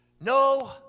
no